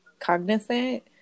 cognizant